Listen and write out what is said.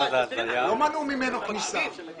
לא מנעו ממנו כניסה.